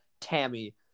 Tammy